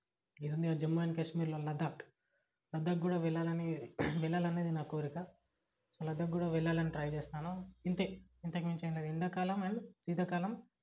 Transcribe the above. ఇదుంది కదా జమ్మూ అండ్ కాశ్మీర్లో లధాక్ లధాక్కి కూడా వెళ్ళాలని వెళ్ళాలనేది నా కోరిక లధాక్కి కూడా వెళ్ళాలని ట్రై చేస్తాను ఇంతే ఇంతకుమించి ఏం లేదు ఎండాకాలం అండ్ శీతాకాలం